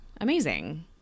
amazing